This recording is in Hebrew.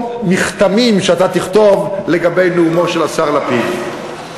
מכתמים שאתה תכתוב לגבי נאומו של השר לפיד.